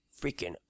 freaking